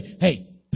hey